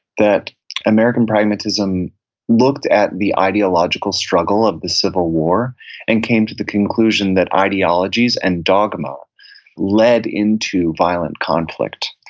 that american pragmatism looked at the ideological struggle of the civil war and came to the conclusion that ideologies and dogma led into violent conflict,